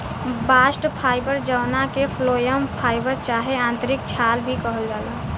bast fibre जवना के phloem fibre चाहे आंतरिक छाल भी कहल जाला